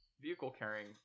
vehicle-carrying